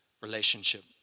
relationship